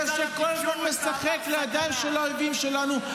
-- זה שכל הזמן משחק לידיים של האויבים שלנו.